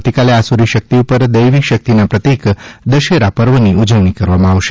આવતીકાલે આસુરી શક્તિ ઉપર દેવી શક્તિના પ્રતિક દશેર પર્વની ઉજવણી કરવામં આવશે